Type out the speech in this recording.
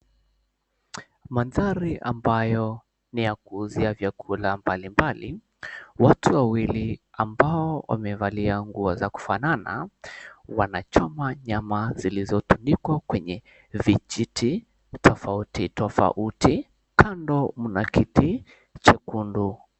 Mandhari ambayo ni ya kuuzia vyakula mbalimbali. Watu wawili ambao wamevalia nguo za kufanana, wanachoma nyama zilizo𝑡𝑢𝑛𝑑𝑖𝑘𝑤𝑎 kwenye vijiti tofauti tofauti. Kando mna kiti chekundu.